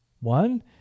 one